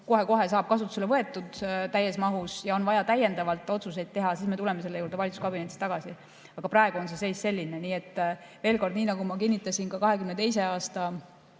kohe saab see kasutusele võetud täies mahus ja on vaja täiendavalt otsuseid teha, siis me tuleme selle juurde valitsuskabinetis tagasi. Aga praegu on seis selline. Veel kord: nii nagu ma kinnitasin siin 2022. aasta